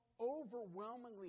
overwhelmingly